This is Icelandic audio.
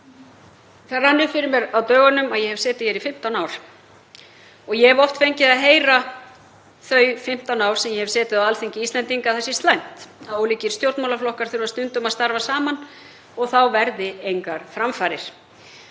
Það rann upp fyrir mér á dögunum að ég hef setið hér í 15 ár og ég hef oft fengið að heyra þau 15 ár sem ég hef setið á Alþingi Íslendinga að það sé slæmt að ólíkir stjórnmálaflokkar þurfi stundum að starfa saman og þá verði engar framfarir.